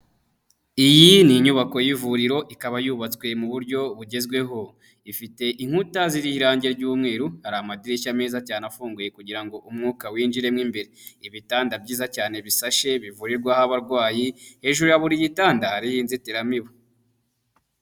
Iyi ni inyubako y'ivuriro ikaba yubatswe mu buryo bugezweho, ifite inkuta ziriho irange ry'umweru, hari amadirishya meza cyane afunguye kugira ngo umwuka winjiremo imbere, ibitanda byiza cyane bisashe bivurirwaho abarwayi, hejuru ya buri gitanda hariho inzitiramibu.